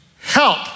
help